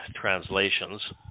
translations